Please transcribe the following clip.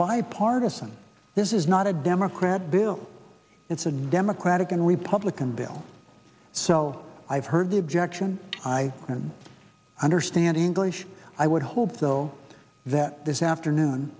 bipartisan this is not a democrat bill it's a democratic and republican bill so i've heard the objection i can understand english i would hope though that this afternoon